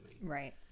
Right